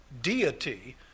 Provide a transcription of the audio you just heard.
deity